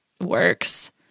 works